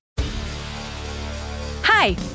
Hi